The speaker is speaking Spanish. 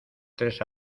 tres